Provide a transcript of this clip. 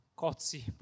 cozzi